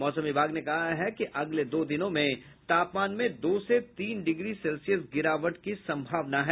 मौसम विभाग ने कहा है कि अगले दो दिनों में तापमान में दो से तीन डिग्री सेल्सियस गिरावट की सम्भावना है